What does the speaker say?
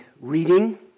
reading